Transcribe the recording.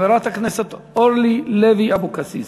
חברת הכנסת אורלי לוי אבקסיס,